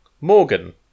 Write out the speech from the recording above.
Morgan